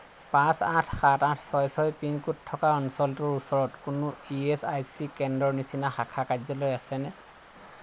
পাঁচ আঠ সাত আঠ ছয় ছয় পিন ক'ড থকা অঞ্চলটোৰ ওচৰত কোনো ই এচ আই চি কেন্দ্ৰৰ নিচিনা শাখা কাৰ্যালয় আছেনে